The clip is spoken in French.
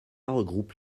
regroupe